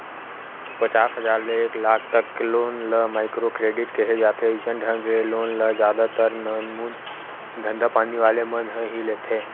पचास हजार ले एक लाख तक लोन ल माइक्रो क्रेडिट केहे जाथे अइसन ढंग के लोन ल जादा तर नानमून धंधापानी वाले मन ह ही लेथे